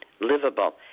livable